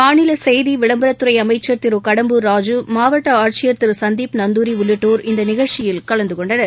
மாநில செய்தி விளம்பரத் துறை அமைச்சர் திரு கடம்பூர் ராஜூ மாவட்ட ஆட்சியர் திரு சந்தீப் நந்தாரி உள்ளிட்டோர் கலந்து கொண்டனர்